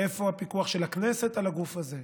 איפה הפיקוח של הכנסת על הגוף הזה?